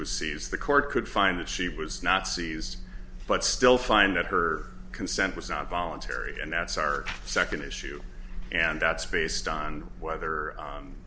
was seized the court could find that she was not seized but still find that her consent was not voluntary and that's our second issue and that's based on whether